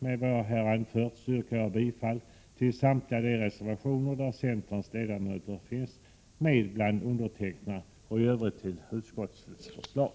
Med det anförda yrkar jag bifall till samtliga de reservationer där centerns ledamöter finns bland undertecknarna. I övrigt yrkar jag bifall till utskottets hemställan.